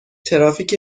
ترافیک